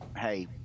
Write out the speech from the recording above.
hey